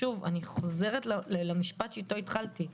שוב אני חוזרת למשפט שאתו התחלתי: